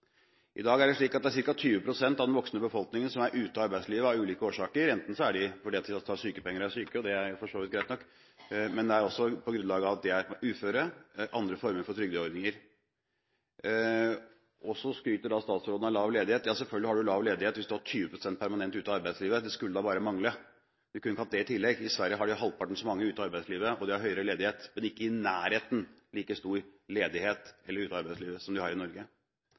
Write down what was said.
I dag er det slik at det er ca. 20 pst. av den voksne befolkningen som er ute av arbeidslivet av ulike årsaker. Enten er de det fordi de er syke og har sykepenger – og det er for så vidt greit nok – men det er også på grunn av at de er uføre, eller har andre former for trygdeordninger. Så skryter statsråden av lav ledighet! Ja, selvfølgelig har man lav ledighet hvis man har 20 pst. av befolkningen permanent ute av arbeidslivet – det skulle da bare mange! Vi kunne ikke hatt det i tillegg. I Sverige har de halvparten så mange ute av arbeidslivet, og de har høyere ledighet, men er ikke i nærheten av å ha like mange ute av arbeidslivet som